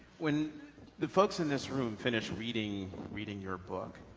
when the folks in this room finish reading reading your book,